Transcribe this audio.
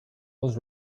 was